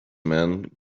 men